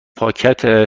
پاکت